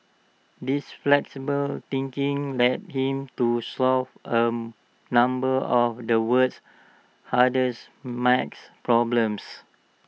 this flexible thinking led him to solve A number of the world's hardest math problems